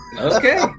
Okay